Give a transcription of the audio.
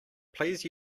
please